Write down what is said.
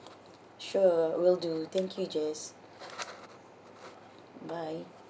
sure will do thank you jess bye